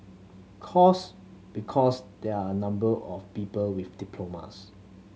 course because there are number of people with diplomas